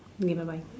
okay bye bye